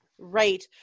right